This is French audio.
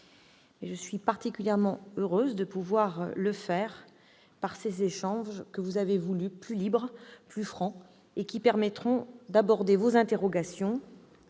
Je suis particulièrement heureuse de pouvoir le faire par ces échanges que vous avez voulus plus libres et plus francs et qui permettront d'aborder vos interrogations-